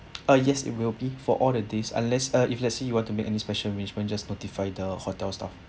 ah yes it will be for all the days unless uh if let's see you want to make any special arrangement just notify the hotel stuff